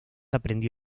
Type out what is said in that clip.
aprendió